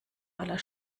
aller